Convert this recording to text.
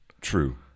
True